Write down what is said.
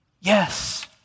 Yes